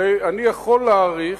הרי אני יכול להעריך,